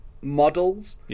models